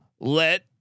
let